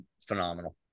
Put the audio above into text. phenomenal